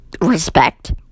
Respect